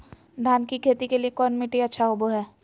धान की खेती के लिए कौन मिट्टी अच्छा होबो है?